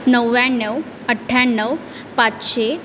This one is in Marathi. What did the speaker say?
नव्याण्णव अठ्याण्णव पाचशे